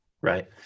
Right